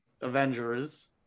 avengers